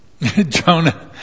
Jonah